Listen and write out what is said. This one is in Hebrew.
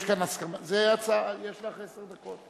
יש לך עשר דקות.